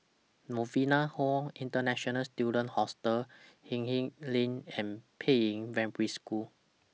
Novena Hall International Students Hostel Hindhede Lane and Peiying Primary School